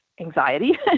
anxiety